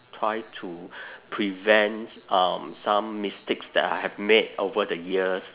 try to prevent um some mistakes that I have made over the years